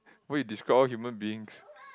wait you describe all human beings